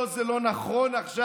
לא, זה לא נכון עכשיו.